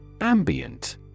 Ambient